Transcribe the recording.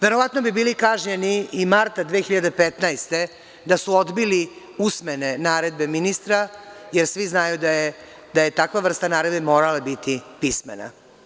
Verovatno bi bili kažnjeni i marta 2015. godine da su odbili usmene naredbe ministra, jer svi znaju da je takva vrsta naredbe morala biti pismena.